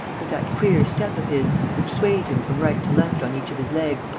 with that queer step of his, which swayed him from right to left on each of his legs,